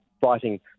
fighting